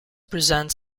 present